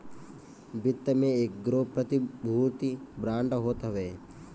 वित्त में एगो प्रतिभूति बांड होत हवे